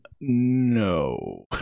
no